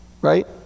Right